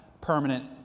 permanent